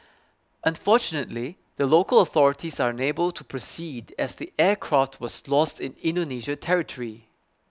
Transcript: unfortunately the local authorities are unable to proceed as the aircraft was lost in Indonesia territory